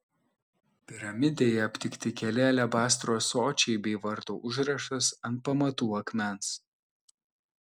piramidėje aptikti keli alebastro ąsočiai bei vardo užrašas ant pamatų akmens